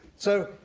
so,